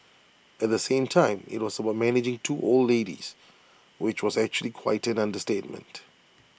at the same time IT was about managing two old ladies which was actually quite an understatement